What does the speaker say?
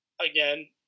again